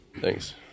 Thanks